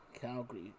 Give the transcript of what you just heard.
Calgary